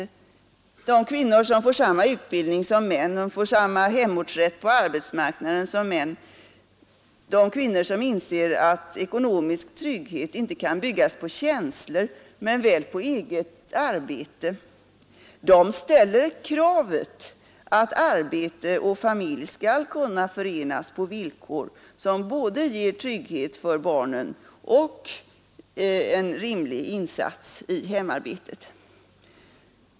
De kvinnor som får samma utbildning som män, samma hemortsrätt på arbetsmarknaden som män, de kvinnor som inser att ekonomisk trygghet inte kan byggas på känslor men väl på eget arbete, de ställer kravet att arbete och familj skall kunna förenas på villkor som både ger trygghet för barnen och kan ske med en rimlig insats i form av arbete i hemmet.